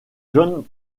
john